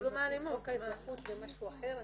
חוק האזרחות זה משהו אחר,